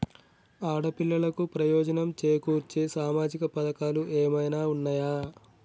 ఆడపిల్లలకు ప్రయోజనం చేకూర్చే సామాజిక పథకాలు ఏమైనా ఉన్నయా?